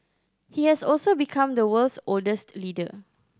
he has also become the world's oldest leader